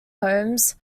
holmes